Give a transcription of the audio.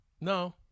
No